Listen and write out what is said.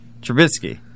Trubisky